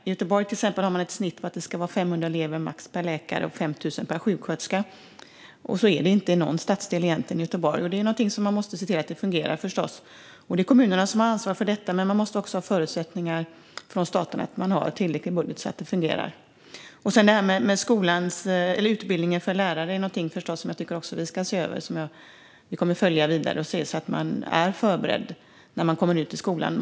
I till exempel Göteborg ska det vara maximalt 500 elever per sjuksköterska och 5 000 per läkare. Så är det egentligen inte i någon stadsdel i Göteborg. Det är förstås någonting som man måste se till att det fungerar. Det är kommunerna som har ansvar för detta. Men staten måste ge sådana förutsättningar att man har en tillräcklig budget så att det fungerar. Utbildningen för lärare är förstås också någonting som jag tycker att vi ska se över. Det kommer vi att följa vidare, så att lärarna är förberedda när de kommer ut i skolan.